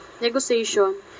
negotiation